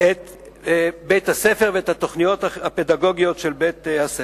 את בית-הספר ואת התוכניות הפדגוגיות של בית-הספר.